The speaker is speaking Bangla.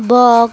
বক